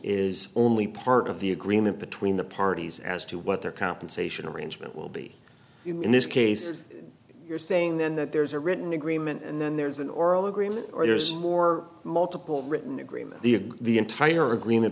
is only part of the agreement between the parties as to what their compensation arrangement will be in this case you're saying then that there's a written agreement and then there's an oral agreement or there's more multiple written agreement the the entire agreement